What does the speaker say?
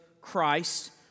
Christ